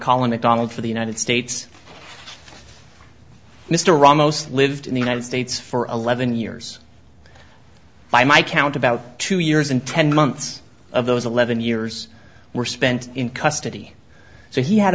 macdonald for the united states mr ramos lived in the united states for eleven years by my count about two years and ten months of those eleven years were spent in custody so he had